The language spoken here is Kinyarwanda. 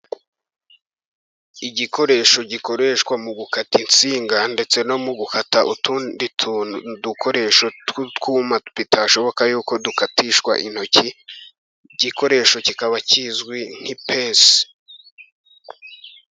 Igikoresho gikoreshwa mu gukata insinga, ndetse no mu gukata utundi dukoresho tw'utwuma bitashoboka yuko dukatishwa intoki, igikoresho kikaba kizwi nk'ipensi.